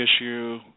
issue